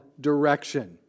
direction